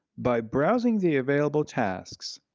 by browsing the available tasks.